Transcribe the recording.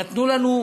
נתנו לנו,